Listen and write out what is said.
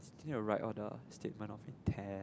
still need to write all the statement of intent